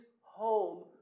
home